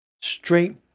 Straight